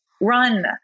run